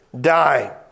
die